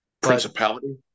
Principality